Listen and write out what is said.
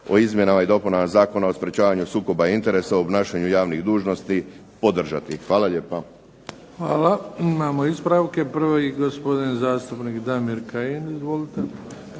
o izmjenama i dopunama Zakona o sprečavanju sukoba interesa u obnašanju javnih dužnosti podržati. Hvala lijepa. **Bebić, Luka (HDZ)** Hvala. Imamo ispravke. Prvi, gospodin zastupnik Damir Kajin. **Kajin,